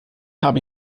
habe